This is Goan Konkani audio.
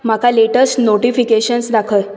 म्हाका लेटस्ट नोटिफीकेशन्स दाखय